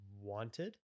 wanted